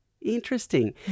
Interesting